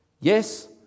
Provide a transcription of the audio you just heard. Yes